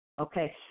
Okay